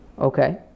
Okay